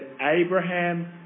Abraham